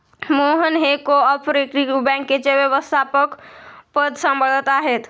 मोहन हे cooperative बँकेचे व्यवस्थापकपद सांभाळत आहेत